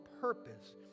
purpose